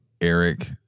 Eric